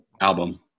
album